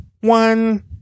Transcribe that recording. one